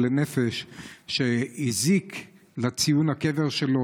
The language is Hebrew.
אותו חולה נפש שהזיק לציון הקבר שלו.